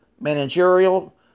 managerial